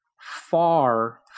far